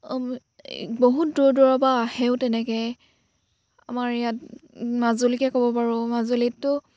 বহুত দূৰ দূৰৰ পৰা আহেও তেনেকৈ আমাৰ ইয়াত মাজুলীকে ক'ব পাৰোঁ মাজুলীতো